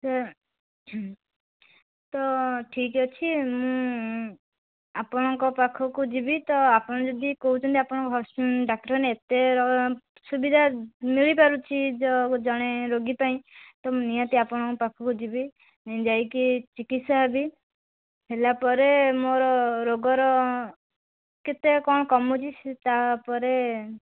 sir ତ ଠିକ୍ ଅଛି ମୁଁ ଆପଣଙ୍କ ପାଖକୁ ଯିବି ତ ଆପଣ ଯଦି କହୁଛନ୍ତି ଆପଣଙ୍କ ଡାକ୍ତରଖାନାରେ ମାନେ ଏତେ ସୁବିଧା ମିଳିପାରୁଛି ଜଣେ ରୋଗୀ ପାଇଁ ତ ମୁଁ ନିହାତି ଆପଣଙ୍କ ପାଖକୁ ଯିବି ଯାଇକି ଚିକିତ୍ସା ହେବି ହେଲା ପରେ ମୋର ରୋଗର କେତେ କ'ଣ କମୁଛି ସେ ତା'ପରେ